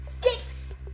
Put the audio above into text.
Six